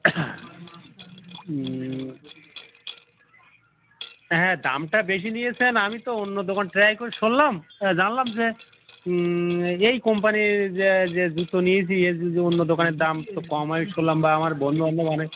হ্যাঁ দামটা বেশি নিয়েছেন আমি তো অন্য দোকান ট্রাই করে শুনলাম জানলাম যে এই কোম্পানির যে যে জুতো নিয়েছি এ জুতো অন্য দোকানে দাম তো কম হয় শুনলাম বা আমার বন্ধু বান্ধব অনেক